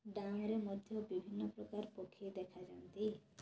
ଦାମରେ ମଧ୍ୟ ବିଭିନ୍ନ ପ୍ରକାର ପକ୍ଷୀ ଦେଖାଯାନ୍ତି